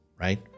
Right